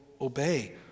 obey